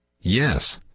Yes